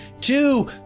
two